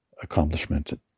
accomplishment